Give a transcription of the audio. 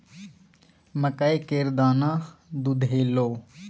मकइ केर दाना दुधेलौ?